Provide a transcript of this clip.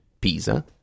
Pisa